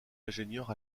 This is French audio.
ingénieur